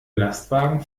lastwagen